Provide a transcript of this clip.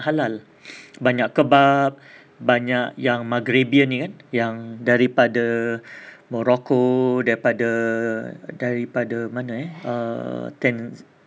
halal banyak kebab banyak yang maghrebian nya kan yang daripada morocco daripada daripada mana eh uh tanz~